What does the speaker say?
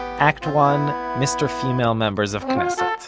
act one mr. female members of knesset